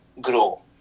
grow